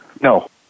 No